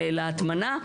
להטמנה.